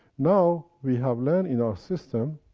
now we have learned in our system,